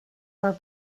her